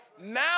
Now